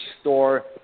store